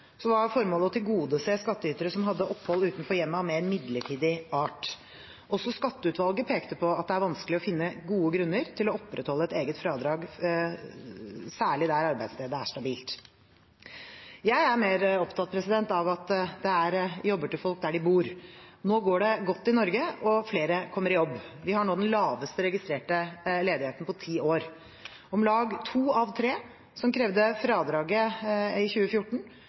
var formålet å tilgodese skattytere som hadde opphold utenfor hjemmet av mer midlertidig art. Også Skatteutvalget pekte på at det er vanskelig å finne gode grunner til å opprettholde et eget fradrag, særlig der arbeidsstedet er stabilt. Jeg er mer opptatt av at det er jobber til folk der de bor. Nå går det godt i Norge, og flere kommer i jobb. Vi har nå den laveste registrerte ledigheten på ti år. Om lag to av tre som krevde fradraget i 2014,